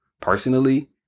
personally